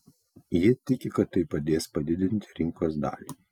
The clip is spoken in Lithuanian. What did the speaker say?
jie tiki kad tai padės padidinti rinkos dalį